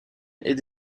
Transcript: est